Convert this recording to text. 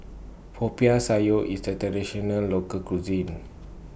Popiah Sayur IS A Traditional Local Cuisine